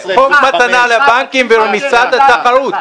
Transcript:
חוק מתנה לבנקים ורמיסת התחרות.